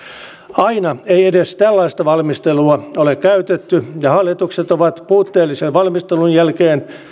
aina ei edes tällaista valmistelua ole käytetty ja hallitukset ovat puutteellisen valmistelun jälkeen